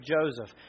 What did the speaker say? Joseph